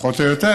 פחות או יותר,